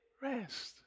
rest